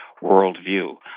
worldview